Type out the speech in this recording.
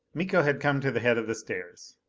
miko had come to the head of the stairs.